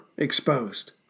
exposed